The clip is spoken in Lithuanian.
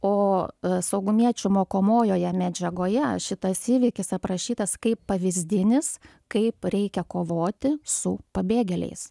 o saugumiečių mokomojoje medžiagoje šitas įvykis aprašytas kaip pavyzdinis kaip reikia kovoti su pabėgėliais